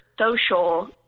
social